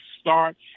start